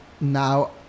now